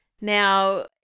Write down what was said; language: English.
Now